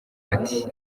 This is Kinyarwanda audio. ati